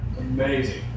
Amazing